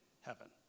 heaven